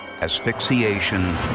Asphyxiation